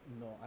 No